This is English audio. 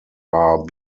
are